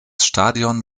stadion